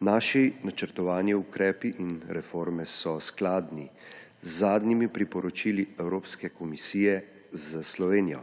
Naši načrtovani ukrepi in reforme so skladni z zadnjimi priporočili Evropske komisije za Slovenijo.